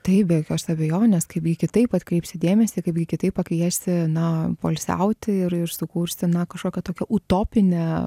taip be jokios abejonės kaipgi kitaip atkreipsi dėmesį kaipgi kitaip pakviesi na poilsiauti sukursi na kažkokią tokią utopinę